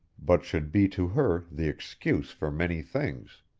but should be to her the excuse for many things.